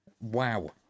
Wow